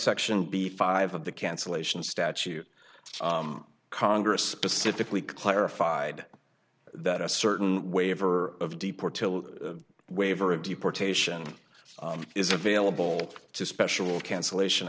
section b five of the cancellation statute congress specifically clarified that a certain waiver of de portillo waiver of deportation is available to special cancellation